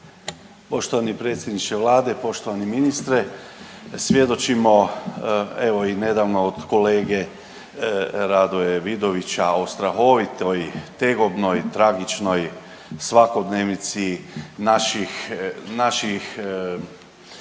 Poštovani predsjedniče vlade, poštovani ministre svjedočimo evo i nedavno od kolege Radoje Vidovića o strahovitoj tegobnoj, tragičnoj svakodnevici naših, naših